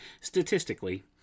Statistically